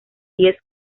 diez